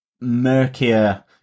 murkier